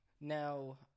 Now